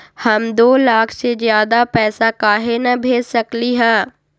हम दो लाख से ज्यादा पैसा काहे न भेज सकली ह?